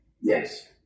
Yes